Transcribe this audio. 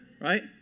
right